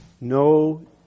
No